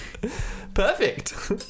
Perfect